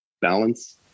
balance